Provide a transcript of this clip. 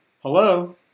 hello